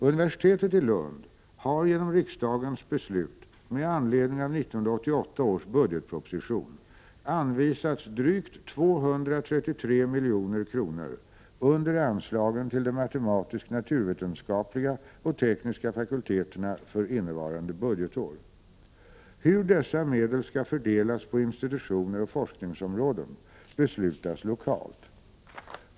Universitetet i Lund har genom riksdagens beslut med anledning av 1988 års budgetproposition för innevarande budgetår anvisats drygt 233 milj.kr. under anslagen till de matematisk-naturvetenskapliga och tekniska fakulteterna. Hur dessa medel skall fördelas på institutioner och forskningsområden beslutas lokalt.